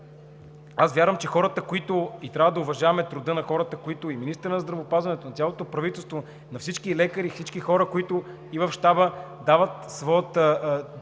Аз вярвам, че трябва да уважаваме труда на хората, на министъра на здравеопазването, на цялото правителство, на всички лекари, всички хора, които и в Щаба дават своя